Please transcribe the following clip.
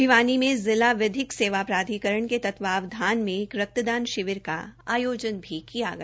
भिवानी में जिला विधिक सेवा प्राधिकरण के तत्वाधन में एक रक्तदान शिविर का आयोजन भी किया गया